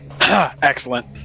Excellent